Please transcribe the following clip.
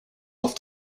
off